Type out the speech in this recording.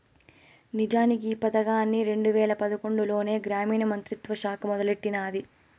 నిజానికి ఈ పదకాన్ని రెండు వేల పదకొండులోనే గ్రామీణ మంత్రిత్వ శాఖ మొదలెట్టినాది